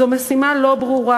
זו משימה לא ברורה,